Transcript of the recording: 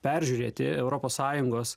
peržiūrėti europos sąjungos